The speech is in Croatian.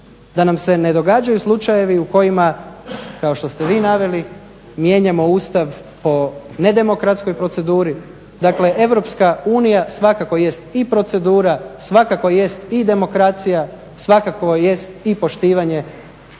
da nam se ne događaju slučajevi u kojima kao što ste vi naveli mijenjamo Ustav po ne demokratskoj proceduri. Dakle, EU svakako jest i procedura, svakako jest i demokracija, svakako jest i poštivanje